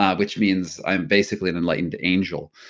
ah which means, i'm basically an enlightened angel.